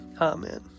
Amen